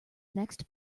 next